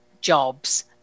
jobs